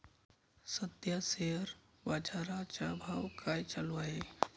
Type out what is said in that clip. सध्या शेअर बाजारा चा भाव काय चालू आहे?